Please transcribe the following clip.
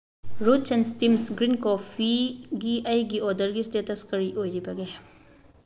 roots and stems green ꯀꯣꯐꯤꯒꯤ ꯑꯩꯒꯤ ꯑꯣꯔꯗꯔꯒꯤ ꯏꯁꯇꯦꯇꯁ ꯀꯔꯤ ꯑꯣꯏꯔꯤꯕꯒꯦ